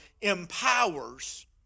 empowers